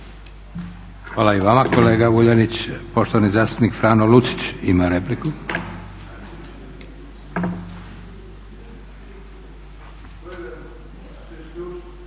Hvala i vama kolega Vuljanić. Poštovani zastupnik Franjo Lucić.